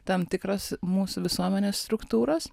tam tikros mūsų visuomenės struktūros